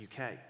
UK